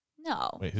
no